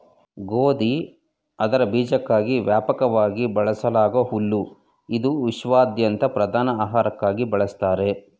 ಗೋಧಿ ಅದರ ಬೀಜಕ್ಕಾಗಿ ವ್ಯಾಪಕವಾಗಿ ಬೆಳೆಸಲಾಗೂ ಹುಲ್ಲು ಇದು ವಿಶ್ವಾದ್ಯಂತ ಪ್ರಧಾನ ಆಹಾರಕ್ಕಾಗಿ ಬಳಸ್ತಾರೆ